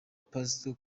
pastor